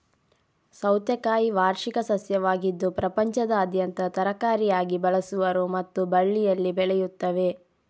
ಸೌತೆಕಾಯಿ ವಾರ್ಷಿಕ ಸಸ್ಯವಾಗಿದ್ದು ಪ್ರಪಂಚದಾದ್ಯಂತ ತರಕಾರಿಯಾಗಿ ಬಳಸುವರು ಮತ್ತು ಬಳ್ಳಿಯಲ್ಲಿ ಬೆಳೆಯುತ್ತವೆ